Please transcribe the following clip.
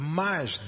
mais